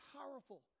powerful